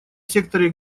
секторе